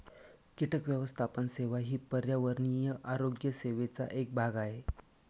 कीटक व्यवस्थापन सेवा ही पर्यावरणीय आरोग्य सेवेचा एक भाग आहे